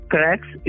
Cracks